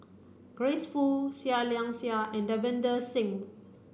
Grace Fu Seah Liang Seah and Davinder Singh